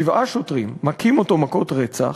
שבעה שוטרים, מכים אותו מכות רצח,